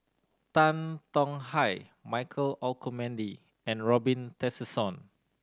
Tan Tong Hye Michael Olcomendy and Robin Tessensohn